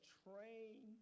train